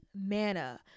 manna